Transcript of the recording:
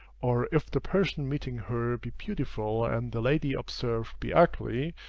or if the person meeting her be beautiful and the lady observed be ugly,